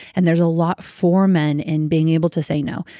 and there's a lot for men in being able to say no,